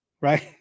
Right